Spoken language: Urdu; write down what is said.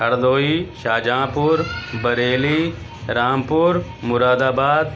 ہردوئی شاہجہاںپور بریلی رامپور مراد آباد